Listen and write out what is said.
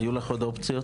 היו לך עוד אופציות,